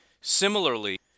Similarly